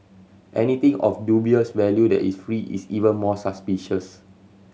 anything of dubious value that is free is even more suspicious